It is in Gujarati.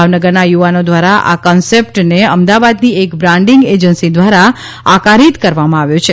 ભાવનગરના યુવાનો દ્વારા આ કોન્સેપ્ટને અમદાવાદની એક બ્રાન્ડિંગ એજન્સી દ્વારા આકારિત કરવામાં આવ્યો છે